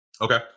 Okay